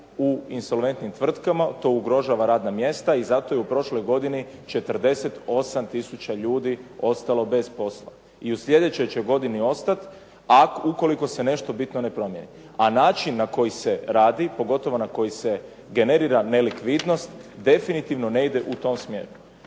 u insolventnim tvrtkama. To ugrožava radna mjesta i zato je u prošloj godini 48 tisuća ljudi ostalo bez posla. I u sljedećoj će godini ostati, ukoliko se nešto bitno ne promjeni. A način na koji se radi, pogotovo na koji se generira nelikvidnost, definitivno ne ide u tom smjeru.